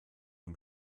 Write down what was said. dem